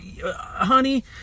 honey